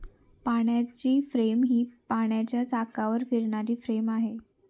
पाण्याची फ्रेम ही पाण्याच्या चाकावर फिरणारी फ्रेम आहे